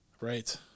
right